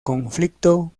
conflicto